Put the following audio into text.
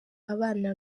abana